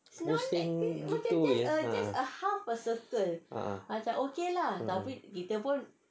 pusing gitu jer (uh huh) um um